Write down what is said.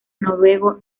noruego